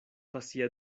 pasia